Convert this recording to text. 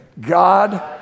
God